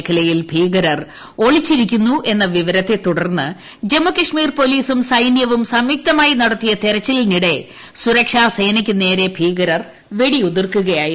മേഖലയിൽ ഭീകരർ ഒളിച്ചിരിക്കുന്നുവെന്ന വിവരത്തെ തുടർന്ന് ജമ്മുകാശ്മീർ പോലീസും സൈന്യവും സ്രംയുക്തമായി നടത്തിയ തിരച്ചിലിനിടെ സുരക്ഷാ വെടിയുതിർക്കുകയായിരുന്നു